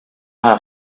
have